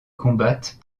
combattent